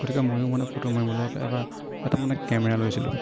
গতিকে মইয়ো মানে ফটো মাৰিব লগাত এবাৰ এটা মানে কেমেৰা লৈছিলোঁ